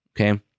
Okay